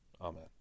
Amen